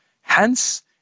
Hence